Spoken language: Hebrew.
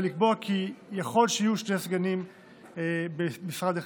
ולקבוע כי יכול שיהיו שני סגנים במשרד אחד.